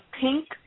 pink